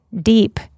deep